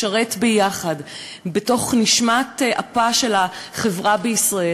לשרת יחד בתוך נשמת אפה של החברה בישראל?